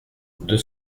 deux